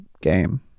game